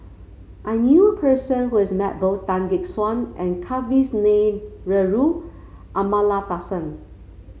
I knew a person who has met both Tan Gek Suan and Kavignareru Amallathasan